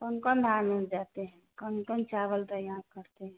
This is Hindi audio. कौन कौन धान हो जाते हैं कौन कौन चावल तैयार करते हैं